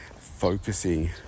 focusing